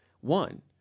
One